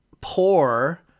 poor